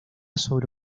sobre